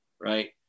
right